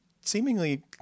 seemingly